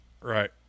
Right